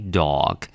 dog